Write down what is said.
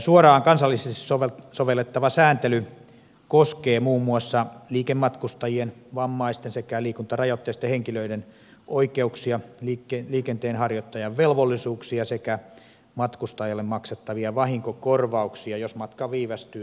suoraan kansallisesti sovellettava sääntely koskee muun muassa liikematkustajien vammaisten sekä liikuntarajoitteisten henkilöiden oikeuksia liikenteenharjoittajan velvollisuuksia sekä matkustajalle maksettavia vahinkokorvauksia jos matka viivästyy tai peruuntuu